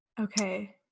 Okay